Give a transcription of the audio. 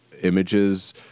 images